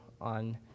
on